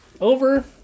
Over